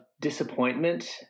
disappointment